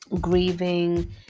grieving